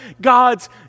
God's